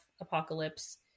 apocalypse